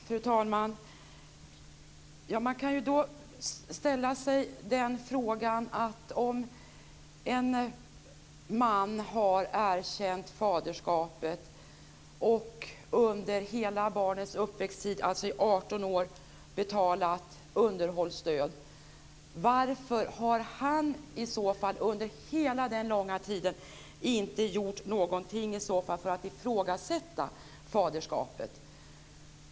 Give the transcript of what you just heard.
Fru talman! Man kan ställa sig frågan varför en man som har erkänt faderskapet och under hela barnets uppväxttid - i 18 år - betalat underhållsstöd under hela den långa tiden inte gjort någonting för att ifrågasätta faderskapet.